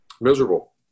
miserable